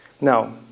Now